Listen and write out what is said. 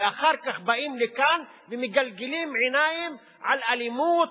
ואחר כך באים לכאן ומגלגלים עיניים על אלימות,